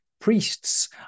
priests